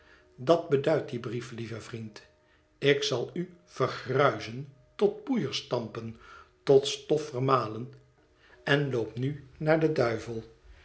dat beduidt die brief lieve vriend ik zal u vergruizen tot poeier stampen tot stof vermalen en loop nu naar den duivel